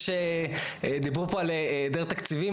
דיברו פה על היעדר תקציבים,